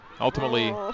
Ultimately